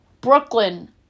Brooklyn